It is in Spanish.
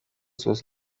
sus